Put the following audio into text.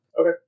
Okay